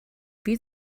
wie